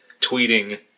tweeting